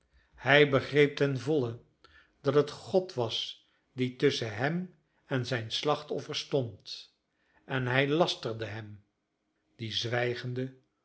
hij begreep ten volle dat het god was die tusschen hem en zijn slachtoffer stond en hij lasterde hem die zwijgende